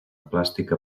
plàstica